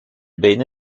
bene